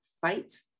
fight